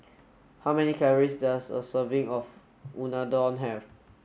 how many calories does a serving of Unadon have